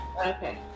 Okay